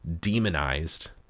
demonized